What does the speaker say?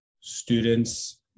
students